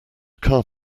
car